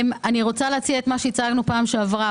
אני רוצה להציע את מה שהצענו פעם שעברה.